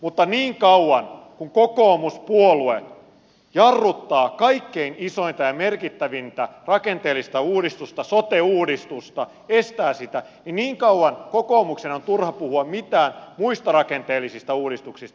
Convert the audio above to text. mutta niin kauan kuin kokoomuspuolue jarruttaa kaikkein isointa ja merkittävintä rakenteellista uudistusta sote uudistusta estää sitä kokoomuksen on turha puhua mitään muista rakenteellisista uudistuksista